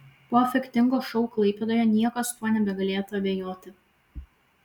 po efektingo šou klaipėdoje niekas tuo nebegalėtų abejoti